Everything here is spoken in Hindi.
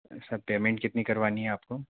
साहब पेमेंट कितनी करवानी है आपको